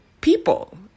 people